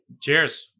Cheers